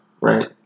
right